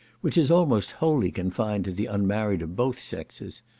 which is almost wholly confined to the unmarried of both sexes,